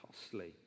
costly